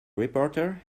reporter